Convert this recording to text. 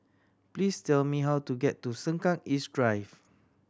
please tell me how to get to Sengkang East Drive